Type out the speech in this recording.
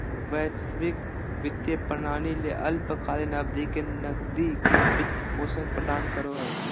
वैश्विक वित्तीय प्रणाली ले अल्पकालिक अवधि के नकदी के वित्त पोषण प्रदान करो हइ